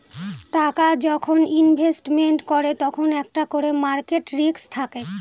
টাকা যখন ইনভেস্টমেন্ট করে তখন একটা করে মার্কেট রিস্ক থাকে